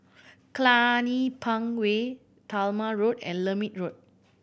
Cluny Park Way Talma Road and Lermit Road